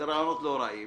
אלה רעיונות לא רעים